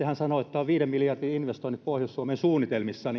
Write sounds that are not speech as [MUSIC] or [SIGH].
[UNINTELLIGIBLE] hän sanoo että on viiden miljardin investoinnit pohjois suomeen suunnitelmissa [UNINTELLIGIBLE]